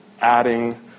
adding